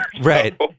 Right